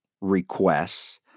requests